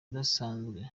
udasanzwe